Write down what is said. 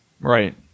right